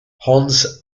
hans